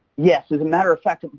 yes, as a matter of fact, and